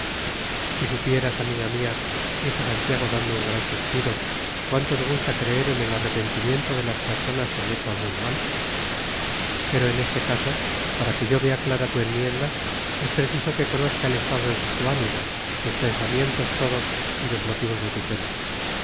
si supieras amiga mía dijo santiago dando un gran suspiro cuánto me gusta creer en el arrepentimiento de las personas que han hecho algún mal pero en este caso para que yo vea clara tu enmienda es preciso que conozca el estado de tu ánimo tus pensamientos todos y los motivos de tu pena